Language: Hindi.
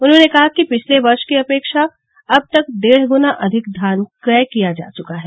उन्होंने कहा कि पिछले वर्ष की अपेक्षा अब तक डेढ़ गुना अधिक धान क्रय किया जा चुका है